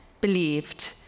believed